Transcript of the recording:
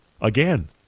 Again